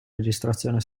registrazione